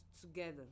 together